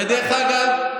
דרך אגב,